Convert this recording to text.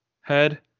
head